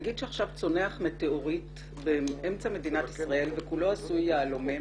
נגיד שעכשיו צונח מטאוריט באמצע מדינת ישראל וכולו עשוי יהלומים